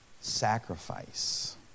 Sacrifice